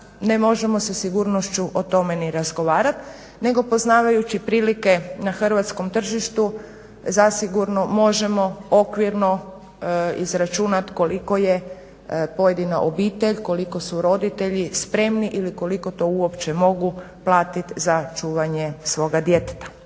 ne možemo sa sigurnošću o tome razgovarat nego poznavajući prilike na hrvatskom tržištu zasigurno možemo okvirno izračunat koliko je pojedina obitelj, koliko su roditelji spremni ili koliko to uopće mogu platit za čuvanje svoga djeteta.